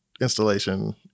installation